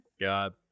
God